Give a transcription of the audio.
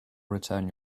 return